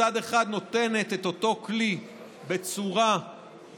מצד אחד היא נותנת את אותו כלי בצורה אפקטיבית,